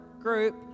group